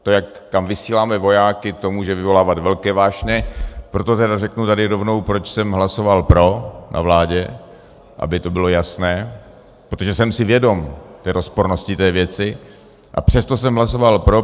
To, kam vysíláme vojáky, to může vyvolávat velké vášně, proto zde řeknu rovnou, proč jsem hlasoval na vládě pro, aby to bylo jasné, protože jsem si vědom rozpornosti té věci, přesto jsem hlasoval pro.